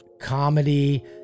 comedy